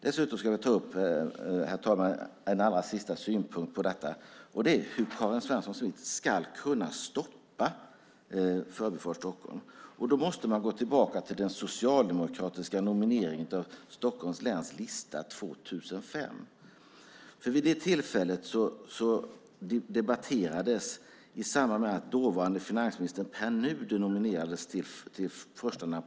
Jag ska ta upp en allra sista synpunkt, nämligen: Hur ska Karin Svensson Smith kunna stoppa Förbifart Stockholm? Man måste gå tillbaka till 2005 och den socialdemokratiska nomineringen till Stockholms läns lista. Vid det tillfället debatterades, inte i Stockholms arbetarekommun utan i Stockholms läns partidistrikt, hur man skulle göra med den saken.